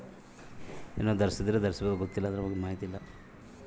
ಕ್ರಿಸ್ತಪೂರ್ವ ನಾಲ್ಕುಸಾವಿರ ಹೊತ್ತಿಗೆ ಬ್ಯಾಬಿಲೋನಿಯನ್ನರು ಹೊರಟಾಗಿ ನೇಯ್ದ ಉಣ್ಣೆಬಟ್ಟೆ ಧರಿಸ್ಯಾರ